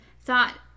thought